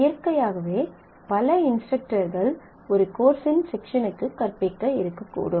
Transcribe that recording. இயற்கையாகவே பல இன்ஸ்டரக்டர்கள் ஒரு கோர்ஸின் செக்ஷனுக்குக் கற்பிக்க இருக்கக்கூடும்